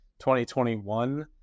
2021